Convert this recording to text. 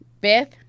Beth